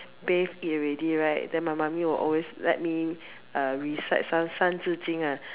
bathe eat already right then my mommy will also let me uh recite some 三字经: san zhi jing lah